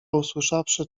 usłyszawszy